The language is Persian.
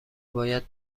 باید